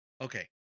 Okay